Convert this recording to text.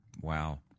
Wow